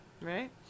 right